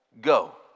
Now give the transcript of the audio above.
go